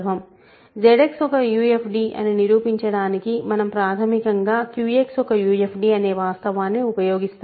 ZX ఒక UFD అని నిరూపించడానికి మనం ప్రాథమికంగా QX ఒక UFD అనే వాస్తవాన్ని ఉపయోగిస్తాము